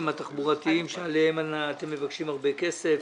הפרויקטים התחבורתיים שעליהם אתם מבקשים הרבה כסף?